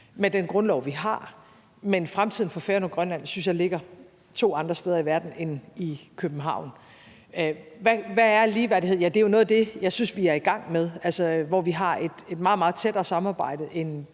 med den grundlov, vi har, men i forhold til fremtiden for Færøerne og Grønland synes jeg, det ligger to andre steder i verden end i København. Hvad er ligeværdighed? Ja, det er jo noget af det, jeg synes vi er i gang med, og hvor vi har et meget, meget tættere samarbejde, end